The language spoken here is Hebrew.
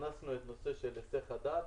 הכנסנו את נושא היסח הדעת,